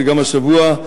שגם השבוע,